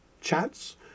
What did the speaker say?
chats